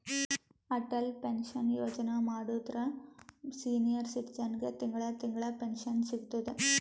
Atal pension Yojana ಮಾಡುದ್ರ senior ಸಿಟಿಜನ್ಗ ತಿಂಗಳಾ ತಿಂಗಳಾ ಪೆನ್ಶನ್ ಸಿಗ್ತುದ್